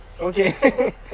Okay